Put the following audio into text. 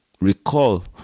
recall